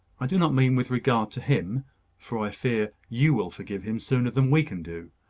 i do not mean with regard to him for i fear you will forgive him sooner than we can do.